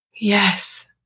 Yes